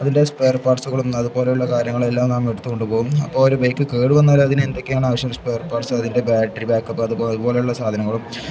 അതിൻ്റെ സ്പെയര് പാര്ട്സുകളും അതുപോലുള്ള കാര്യങ്ങളെല്ലാം നമ്മളെടുത്തുകൊണ്ടുപോകും അപ്പോള് ഒരു ബൈക്ക് കേടു വന്നാൽ അതിന് എന്തൊക്കെയാണാവശ്യം സ്പെയര് പാർട്സ് അതിൻ്റെ ബാറ്ററി ബാക്കപ്പ് അതുപോലുള്ള സാധനങ്ങളും